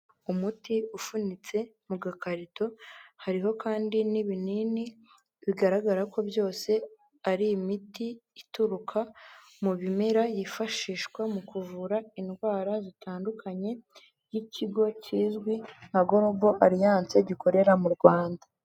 Umuti ufunitse mu gakarito hariho kandi n'ibinini bigaragara ko byose ari imiti ituruka mu bimera yifashishwa mu kuvura indwara zitandukanye y'ikigo kizwi nka gorobo ariyanse gikorera mu rwanda.